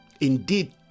indeed